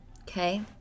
Okay